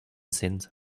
sind